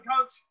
Coach